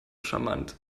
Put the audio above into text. charmant